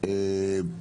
עבודה